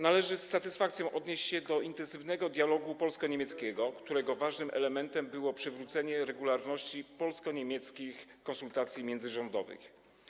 Należy z satysfakcją odnieść się do intensywnego dialogu polsko-niemieckiego, którego ważnym elementem było przywrócenie regularności polsko-niemieckich konsultacji międzyrządowych.